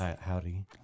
Howdy